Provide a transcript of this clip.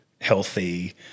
healthy